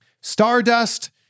Stardust